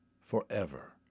forever